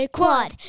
Quad